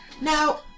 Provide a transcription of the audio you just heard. Now